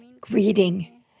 greeting